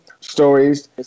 stories